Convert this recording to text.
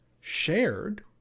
shared